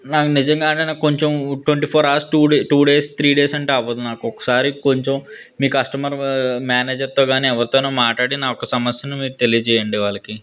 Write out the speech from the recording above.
నాకు నిజంగానే నాకు కొంచెం twenty four hours two day two days three days అంటే అవ్వదు నాకు ఒకసారి కొంచెం మీ కస్టమర్ మ్యానేజర్తో కాని ఎవరితోనే మాట్లాడి నా యొక్క సమస్యను మీరు తెలియజేయండి వాళ్లకి